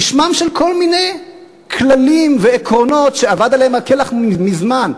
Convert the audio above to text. בשמם של כל מיני כללים ועקרונות שאבד עליהם כלח מזמן.